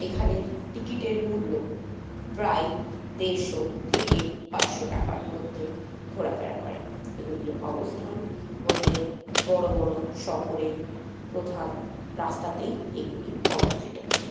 এখানের টিকিটের মূল্য প্রায় দেড়শো থেকে পাঁচশো টাকার মধ্যে ঘোরাফেরা করে এগুলির অবস্থান বলতে বড়ো বড়ো শহরের প্রধান রাস্তাতেই এইগুলি অবস্থিত